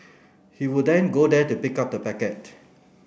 he would then go there to pick up the packet